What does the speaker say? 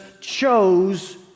chose